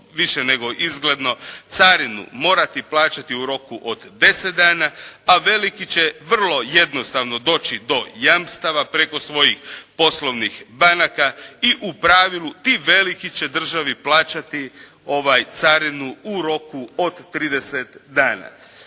više nego izgledno, carinu morati plaćati u roku od 10 dana, a veliki će vrlo jednostavno doći do jamstava preko svojih poslovnih banaka i u pravilu, ti veliki će državi plaćati carinu u roku od 30 dana.